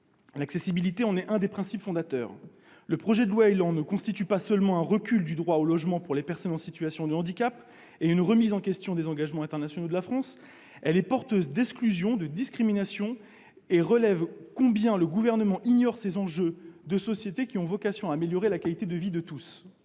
L'accessibilité en est un des principes fondateurs. Le projet de loi ÉLAN ne constitue pas seulement un recul du droit au logement pour les personnes en situation de handicap et une remise en question des engagements internationaux de la France ; il est porteur d'exclusion et de discrimination, et révèle combien le Gouvernement ignore ces enjeux de société qui ont vocation à améliorer la qualité de vie de tous.